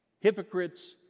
hypocrites